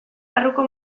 barruko